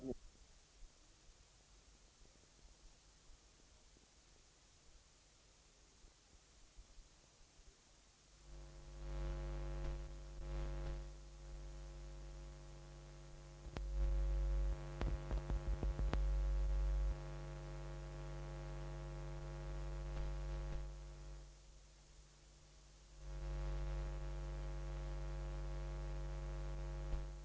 Jag önskar kammarens ärade ledamöter en angenäm och skön sommar med avkoppling och rekreation och hoppas att vi med friska krafier kan mötas till höstens arbete. Ordet lämnades härefter på begäran till